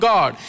God